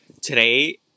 today